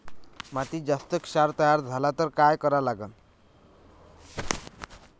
मातीत जास्त क्षार तयार झाला तर काय करा लागन?